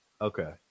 Okay